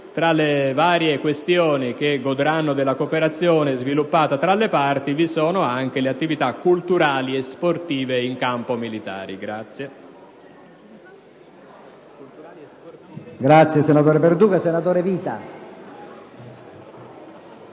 tra le varie attività che godranno della cooperazione sviluppata tra le parti, vi sono anche le attività culturali e sportive in campo militare.